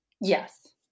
Yes